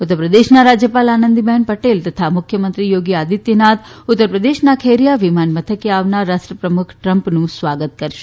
ઉત્તરપ્રદેશના રાજ્યપાલ આનંદીબેન પટેલ તથા મુખ્યમંત્રી યોગી આદિત્યનાથ ઉત્તરપ્રદેશના ખેરીયા વિમાન મથકે આવનાર રાષ્ટ્રપ્રમુખ ટ્રમ્પનું સ્વાગત કરશે